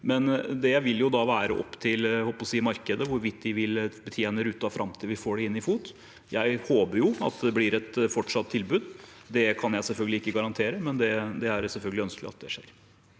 til – jeg holdt på å si – markedet hvorvidt de vil betjene ruten fram til vi får den inn i FOT. Jeg håper jo at det blir et fortsatt tilbud. Det kan jeg selvfølgelig ikke garantere, men det er selvfølgelig ønskelig at det skjer.